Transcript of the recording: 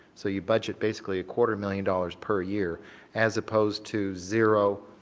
so you budget basically a quarter million dollars per year as opposed to zero,